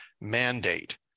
mandate